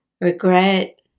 regret